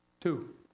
Two